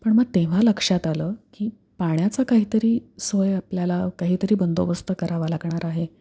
पण मग तेव्हा लक्षात आलं की पाण्याचं काही तरी सोय आपल्याला काही तरी बंदोबस्त करावा लागणार आहे